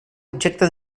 objecte